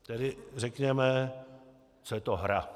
Tedy řekněme, co je to hra.